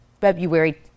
February